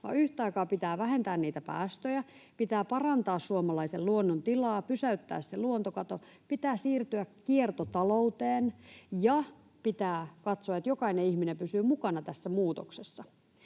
yhtä aikaa pitää vähentää niitä päästöjä, pitää parantaa suomalaisen luonnon tilaa ja pysäyttää luontokato, pitää siirtyä kiertotalouteen ja pitää katsoa, että jokainen ihminen pysyy mukana tässä muutoksessa.